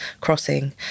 crossing